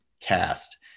cast